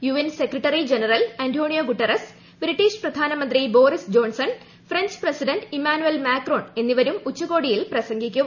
UN secretary general Antonio Guterres British പ്രധാനമന്ത്രി Boris Johnson French president Emmanuel Macron എന്നിവരും ഉച്ചകോടിയിൽ പ്രസംഗിക്കും